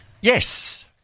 Yes